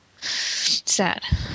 Sad